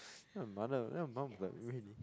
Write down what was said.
her mother then your mum like really